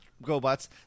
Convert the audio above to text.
robots